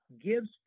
gives